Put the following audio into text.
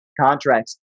contracts